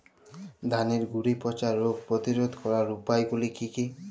ধানের গুড়ি পচা রোগ প্রতিরোধ করার উপায়গুলি কি কি?